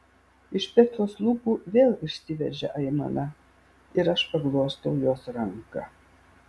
iš petros lūpų vėl išsiveržia aimana ir aš paglostau jos ranką